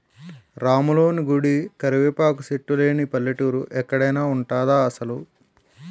రాములోని గుడి, కరివేపాకు సెట్టు లేని పల్లెటూరు ఎక్కడైన ఉంటదా అసలు?